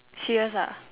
serious ah